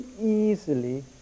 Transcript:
easily